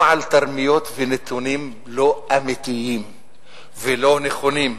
או על תרמיות ונתונים לא אמיתיים ולא נכונים.